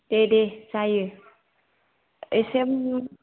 दे दे जायो एसे